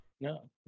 no